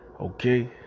Okay